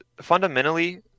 fundamentally